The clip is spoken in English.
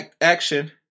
action